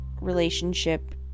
relationship